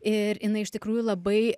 ir jinai iš tikrųjų labai